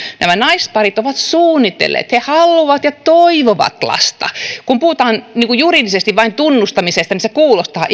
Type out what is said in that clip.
nämä naisparit ovat suunnitelleet ja he haluavat ja toivovat lasta kun puhutaan juridisesti vain tunnustamisesta se kuulostaa